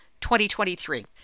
2023